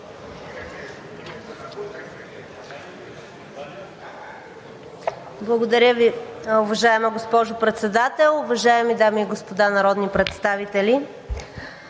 САНДОВ (ДБ): Уважаема госпожо Председател, уважаеми дами и господа народни представители,